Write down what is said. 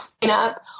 Cleanup